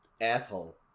Asshole